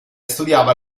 studiava